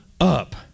up